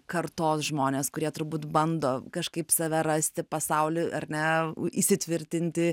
kartos žmonės kurie turbūt bando kažkaip save rasti pasauly ar ne įsitvirtinti